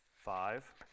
five